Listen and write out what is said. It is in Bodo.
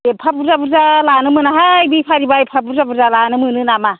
एफा बुरजा बुरजा लानो मोनाहाय बेफारिबा एफा बुरजा बुरजा लानो मोनो नामा